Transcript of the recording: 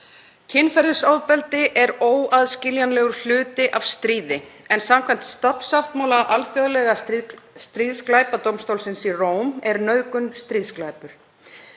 Kynferðisofbeldi er óaðskiljanlegur hluti af stríði, en samkvæmt stofnsáttmála alþjóðlega stríðsglæpadómstólsins í Róm er nauðgun stríðsglæpur.